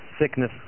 Sickness